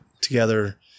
together